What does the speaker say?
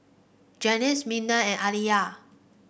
Gaines Mignon and Aliyah